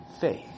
faith